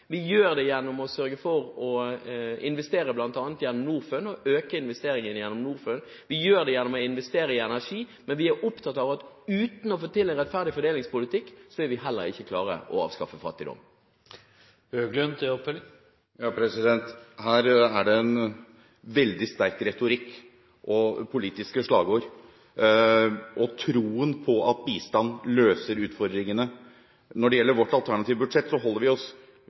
sørge for å investere bl.a. gjennom Norfund, øke investeringene gjennom Norfund. Vi gjør det gjennom å investere i energi. Men vi er opptatt av at uten å få til en rettferdig fordelingspolitikk, vil vi heller ikke klare å avskaffe fattigdom. Her er det en veldig sterk retorikk og politiske slagord og tro på at bistand løser utfordringene. Når det gjelder vårt alternative budsjett, så holder vi oss